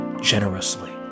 generously